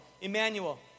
Emmanuel